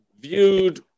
viewed